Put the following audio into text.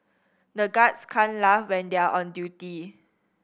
the guards can laugh when they are on duty